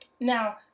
now